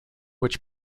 which